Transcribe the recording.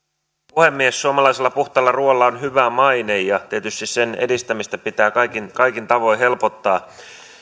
puhemies suomalaisella puhtaalla ruualla on hyvä maine ja tietysti sen edistämistä pitää kaikin kaikin tavoin helpottaa